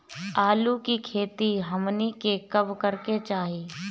आलू की खेती हमनी के कब करें के चाही?